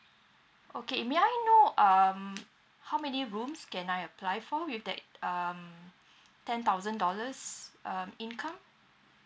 okay may I know um how many rooms can I apply for with that um ten thousand dollars um income